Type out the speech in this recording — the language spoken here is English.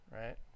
right